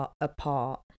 apart